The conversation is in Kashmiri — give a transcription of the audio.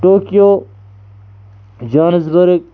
Tokyo Johannesburg